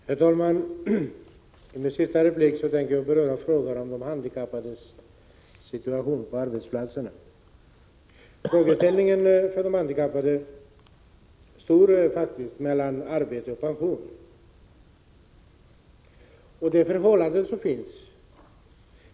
Herr talman! I min sista replik tänker jag beröra frågan om de handikappades situation på arbetsplatserna. Valet för de handikappade står faktiskt mellan arbete och pension.